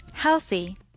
healthy